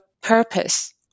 purpose